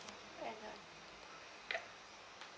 and uh